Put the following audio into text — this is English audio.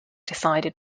decided